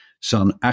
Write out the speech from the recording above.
son